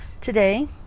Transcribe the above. today